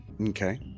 Okay